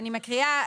אני מקריאה.